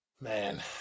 Man